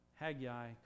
Haggai